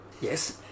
Yes